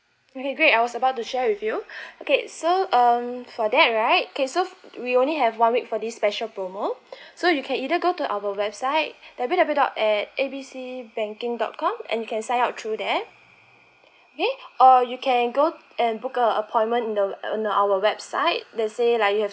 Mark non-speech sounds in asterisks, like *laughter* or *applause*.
okay great I was about to share with you *breath* okay so um for that right okay so we only have one week for this special promo *breath* so you can either go to our website W_W_W dot at B C banking dot com and you can sign up through there okay or you can go and book a appointment in the in the our website let's say like you have